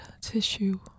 tissue